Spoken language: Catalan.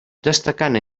destacant